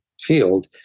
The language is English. field